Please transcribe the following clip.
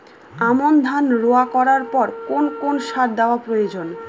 আমন ধান রোয়া করার পর কোন কোন সার দেওয়া প্রয়োজন?